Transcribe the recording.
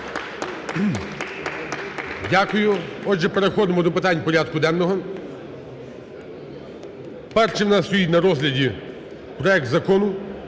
Дякую. Отже, переходимо до питань порядку денного. Першим в нас стоїть на розгляді проект Закону